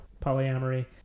polyamory